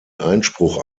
einspruch